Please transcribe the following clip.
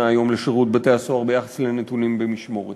היום לשירות בתי-הסוהר ביחס לנתונים במשמורת.